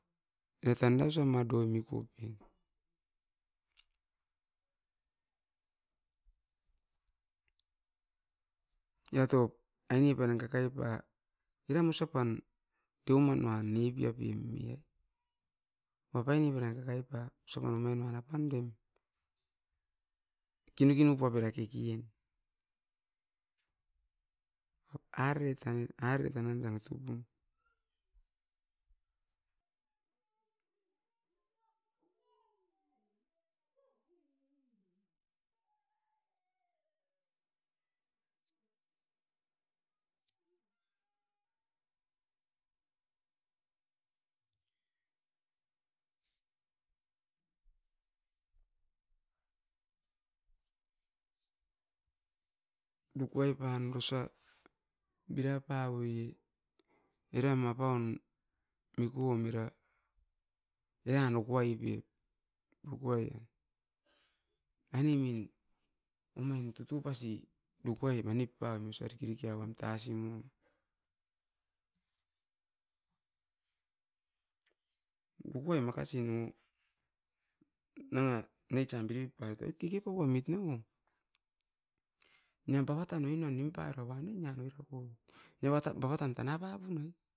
E tanda osai ma doi miku pin, nia top aini panang kakai pa eram osapan deumanuan nipiapim mi'e. Wapai ni mara kakai pa osa pan omain uan apan duaim kinukinu puapera kekien. Arere tanet arere tanan tan utupum, dukuai pan orosa bira pa oi e, eram apaun mikuom era. Eran okoai pep, rokuai e ainemin omain tutupasi dukuai mani pam osa. Diki diki a uam tasimuom. Dukuai makasi no nanga neitsa birip pait oit keke pauamit nauo, nia bavatan oino nimpa era uan ne nia iroirogot niavata babatan tana papun nuai?